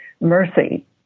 mercy